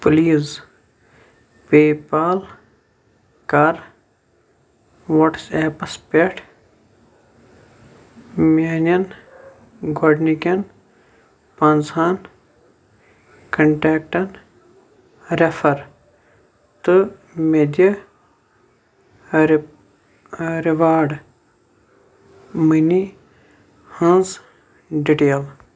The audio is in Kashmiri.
پلیٖز پے پال کَر وٹٕس ایپَس پٮ۪ٹھ میانٮ۪ن گۄڈنِکٮ۪ن پانٛژہن کنٹٮ۪کٹَن رٮ۪فر تہٕ مےٚ دِ رِ رِواڈ مٔنی ہٕنٛز ڈِٹیل